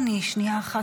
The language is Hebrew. גברתי היושבת-ראש,